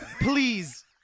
please